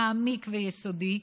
מעמיק ויסודי,